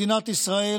מדינת ישראל